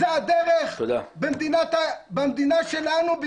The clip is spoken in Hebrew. זה הדרך במדינה שלנו?